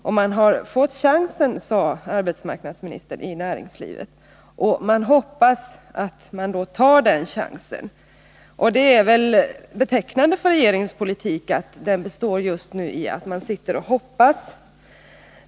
Näringslivet har fått chansen, sade arbetsmarknadsministern, och man hoppas att näringslivet då tar den chansen. Det är väl betecknande för regeringens politik: den består just nu i att man sitter och hoppas.